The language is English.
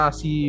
si